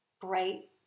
bright